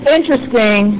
Interesting